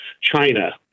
China